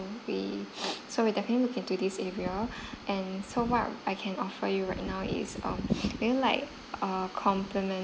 we so we'll definitely look into this area and so what I can offer you right now is um maybe like a complimentary